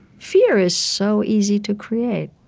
fear is so easy to create.